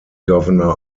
governor